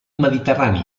mediterrani